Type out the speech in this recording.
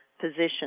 position